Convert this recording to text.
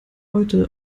heute